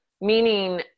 meaning